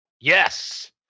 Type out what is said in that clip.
yes